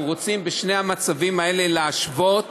אנחנו רוצים בשני המצבים האלה להשוות